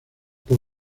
por